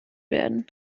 werden